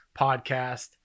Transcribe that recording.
podcast